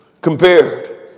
compared